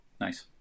Nice